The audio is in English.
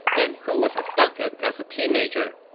and who was abducted as a teenager.